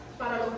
Para